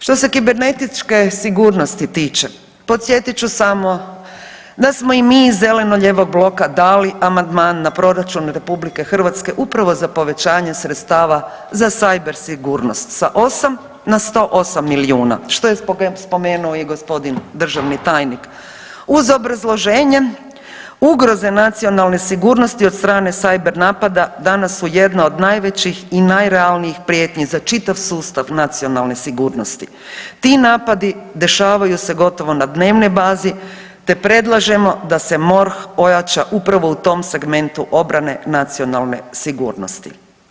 Što se kibernetičke sigurnosti tiče, podsjetit ću samo da smo i mi iz zeleno-lijevog bloka dali amandman na proračun RH upravo za povećanje sredstava za cyber sigurnost sa 8 na 108 milijuna, što je spomenuo i g. državni tajnik uz obrazloženje ugroze nacionalne sigurnosti od strane cyber napada danas su jedna od najvećih i najrealnijih prijetnji za čitav sustav nacionalne sigurnosti, ti napadi dešavaju se gotovo na dnevnoj bazi te predlažemo da se MORH ojača upravo u tom segmentu obrane nacionalne sigurnosti.